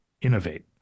innovate